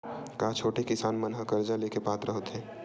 का छोटे किसान मन हा कर्जा ले के पात्र होथे?